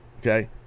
okay